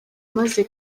maze